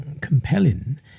compelling